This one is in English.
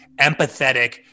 empathetic